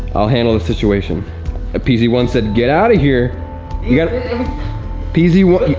i'll handle the situation a pc once said get out of here you got p z what